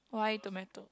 white tomato